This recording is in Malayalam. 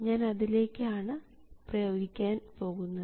ഞാൻ അതിലേക്ക് ആണ് പ്രയോഗിക്കാൻ പോകുന്നത്